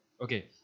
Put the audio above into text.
Okay